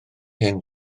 hyn